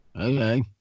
Okay